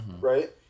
Right